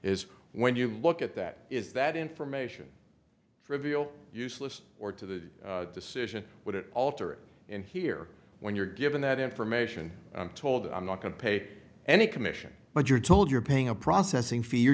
is when you look at that is that information reveal useless or to the decision would it alter in here when you're given that information i'm told i'm not going to pay any commission but you're told you're paying a processing fe